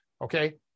okay